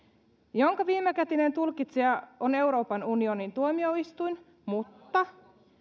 jonka viimekätinen tulkitsija on euroopan unionin tuomioistuin mutta